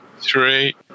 three